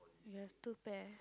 you have two pair